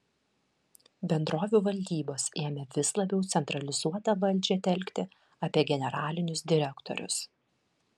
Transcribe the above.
bendrovių valdybos ėmė vis labiau centralizuotą valdžią telkti apie generalinius direktorius